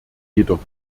jedoch